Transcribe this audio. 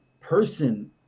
person